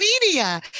media